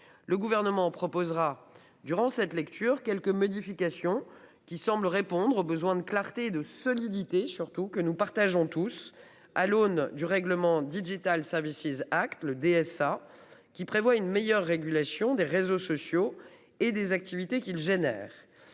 le gouvernement proposera durant cette lecture quelques modifications qui semble répondre au besoin de clarté de solidité surtout que nous partageons tous à l'aune du règlement Digital Services is acte le DSA, qui prévoit une meilleure régulation des réseaux sociaux et des activités qu'il génère.